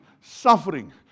suffering